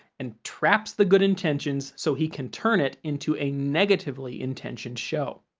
and traps the good intentions so he can turn it into a negatively-intentioned show.